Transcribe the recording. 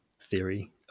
theory